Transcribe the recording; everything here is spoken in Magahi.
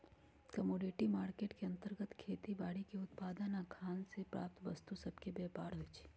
कमोडिटी मार्केट के अंतर्गत खेती बाड़ीके उत्पाद आऽ खान से प्राप्त वस्तु सभके व्यापार होइ छइ